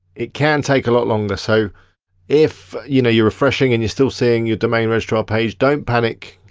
it can take a lot longer, so if you know you're refreshing and you're still seeing your domain registrar page, don't panic,